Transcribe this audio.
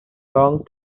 long